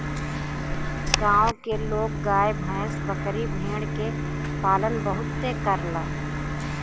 गांव के लोग गाय भैस, बकरी भेड़ के पालन बहुते करलन